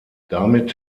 damit